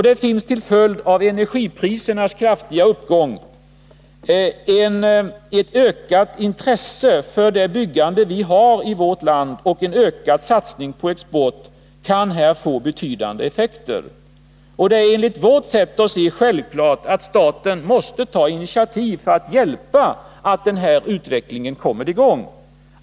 Det finns till följd av energiprisernas kraftiga uppgång ett ökande intresse för det byggande vi har här i landet, och en ökad satsning på export kan här få betydande effekter. Det är enligt vårt sätt att se självklart att staten måste ta initiativ för att hjälpa så att den här utvecklingen kommeri gång.